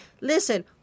Listen